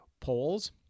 polls